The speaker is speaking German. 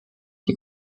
die